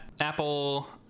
Apple